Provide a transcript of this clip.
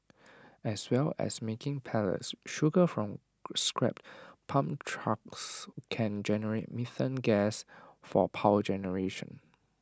as well as making pellets sugar from scrapped palm trunks can generate methane gas for power generation